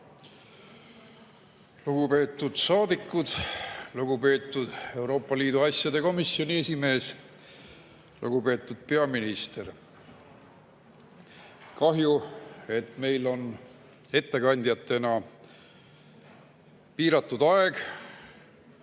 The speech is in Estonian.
Lugupeetud saadikud! Lugupeetud Euroopa Liidu asjade komisjoni esimees! Lugupeetud peaminister! Kahju, et meil on ettekandjatena piiratud aeg,